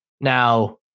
Now